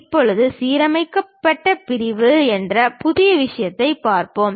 இப்போது சீரமைக்கப்பட்ட பிரிவு என்ற புதிய விஷயத்தைப் பார்ப்போம்